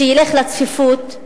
שילך לצפיפות,